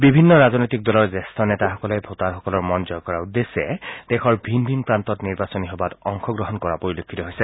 বিভিন্ন ৰাজনৈতিক দলৰ জেঠ্য নেতাসকলে ভোটাৰসকলৰ মন জয় কৰাৰ উদ্দেশ্যে দেশৰ বিভিন্ন প্ৰান্তত নিৰ্বাচনী সভাত অংশগ্ৰহণ কৰা পৰিলক্ষিত হৈছে